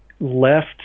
left